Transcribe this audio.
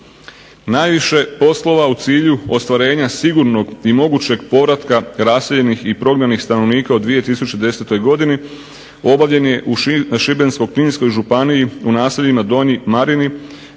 Najviše poslova u cilju ostvarenja sigurnog i mogućeg povratka raseljenih i prognanih stanovnika u 2010. godini obavljen je u Šibensko-kninskoj županiji u naseljima Donji Marini